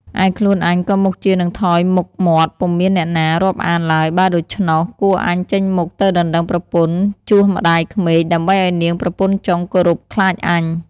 ឯខ្លួនអញក៏មុខជានឹងថយមុខមាត់ ពុំមានអ្នកណា រាប់អានឡើយ បើដូច្នោះ គួរអញចេញមុខទៅដណ្ដឹងប្រពន្ធជូសម្តាយក្មេក ដើម្បីឲ្យនាងប្រពន្ធចុងគោរព ខ្លាចអញ។